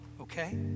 okay